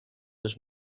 les